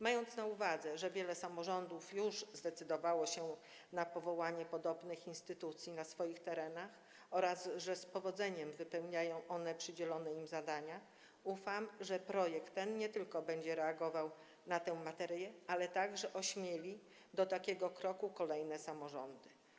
Mając na uwadze to, że wiele samorządów już zdecydowało się na powołanie podobnych instytucji na swoich terenach oraz że z powodzeniem wypełniają one przydzielone im zadania, ufam, że projekt ten nie tylko będzie regulował tę materię, ale także ośmieli do takiego kroku kolejne samorządy.